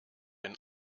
den